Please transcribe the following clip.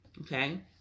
okay